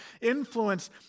influence